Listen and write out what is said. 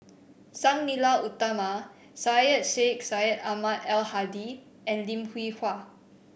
Sang Nila Utama Syed Sheikh Syed Ahmad Al Hadi and Lim Hwee Hua